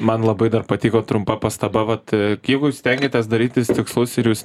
man labai patiko trumpa pastaba vat jeigu jūs stengiatės darytis tikslus ir jūs